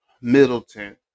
Middleton